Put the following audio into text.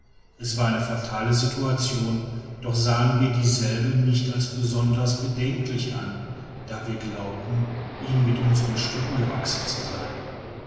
es war eine fatale situation doch sahen wir dieselbe nicht als besonders bedenklich an da wir glaubten ihnen mit unsern stöcken gewachsen zu sein